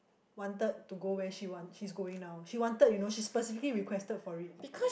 wanted to go where she want she's going now she wanted you know she specifically requested for it